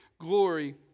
glory